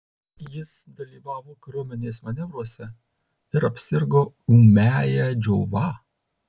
jis dalyvavo kariuomenės manevruose ir apsirgo ūmiąja džiova